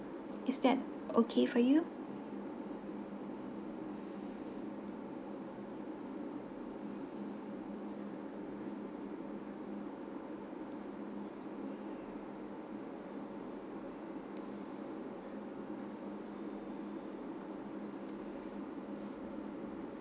is that okay for you